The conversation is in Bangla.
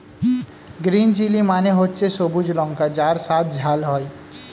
গ্রিন চিলি মানে হচ্ছে সবুজ লঙ্কা যার স্বাদ ঝাল হয়